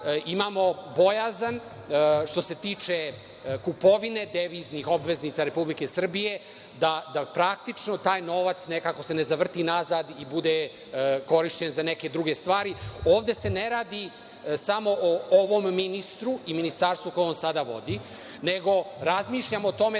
Imamo bojazan, što se tiče kupovine deviznih obveznica Republike Srbije, da praktično taj novac nekako se ne zavrti nazad i bude korišćen za neke druge stvari. Ovde se ne radi samo o ovom ministru i Ministarstvu koje on sada vodi, nego razmišljamo o tome